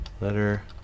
Letter